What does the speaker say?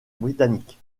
britannique